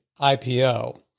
IPO